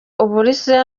uburusiya